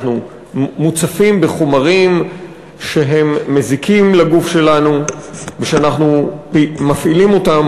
אנחנו מוצפים בחומרים שהם מזיקים לגוף שלנו ושאנחנו מפעילים אותם,